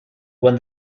when